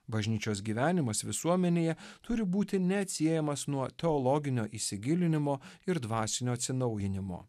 bažnyčios gyvenimas visuomenėje turi būti neatsiejamas nuo teologinio įsigilinimo ir dvasinio atsinaujinimo